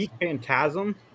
Phantasm